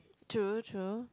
true true